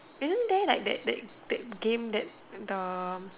isn't there like that that that game that the